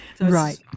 Right